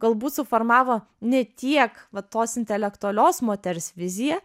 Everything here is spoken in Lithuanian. galbūt suformavo ne tiek va tos intelektualios moters viziją